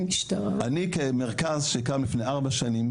אני כמרכז שקם לפני ארבע שנים,